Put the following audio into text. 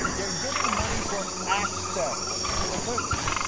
they are giving money for access to the clintons.